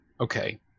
Okay